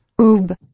oob